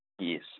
Yes